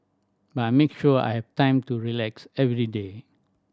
but I make sure I have time to relax every day